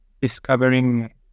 discovering